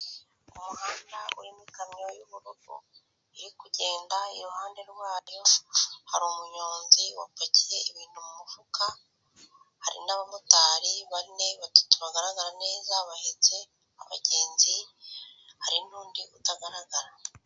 Mu muhanda urimo ikamyo y’ubururu iri kugenda iruhande rwayo, hari umunyonzi wapakiye ibintu mu mufuka. Hari n’abamotari bane, batatu bagaragara neza, bahetse abagenzi. Hari n’undi utagaragara.